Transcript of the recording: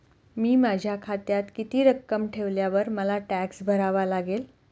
मी माझ्या खात्यात किती रक्कम ठेवल्यावर मला टॅक्स भरावा लागेल?